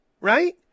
right